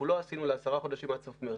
שעשינו אותו ל-10 חודשים עד סוף מרץ,